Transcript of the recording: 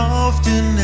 often